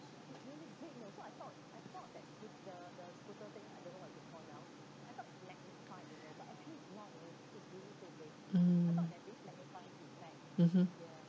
hmm mmhmm